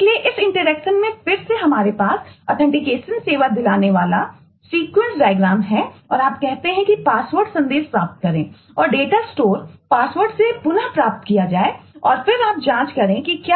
और इस एन्क्रिप्टेडको दिखाने का सिर्फ एक